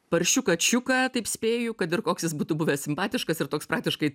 paršiuką čiuką taip spėju kad ir koks jis būtų buvęs simpatiškas ir toks praktiškai